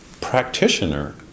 practitioner